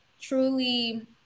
truly